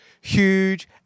huge